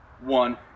one